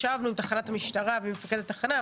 ישבנו עם מפקד התחנה ועם המשטרה,